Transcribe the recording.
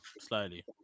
slightly